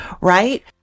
right